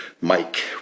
Mike